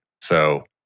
So-